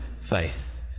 faith